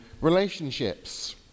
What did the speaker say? relationships